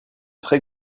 très